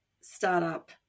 startup